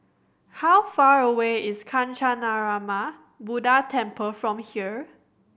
how far away is Kancanarama Buddha Temple from here